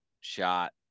shot